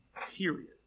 period